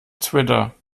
twitter